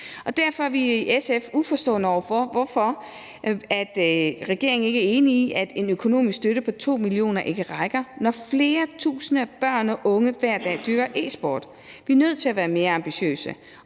Derfor er vi i SF uforstående over for, at regeringen ikke er enig i, at en økonomisk støtte på 2 mio. kr. ikke rækker, når flere tusinde børn hver dag dyrker e-sport. Vi er nødt til at være mere ambitiøse,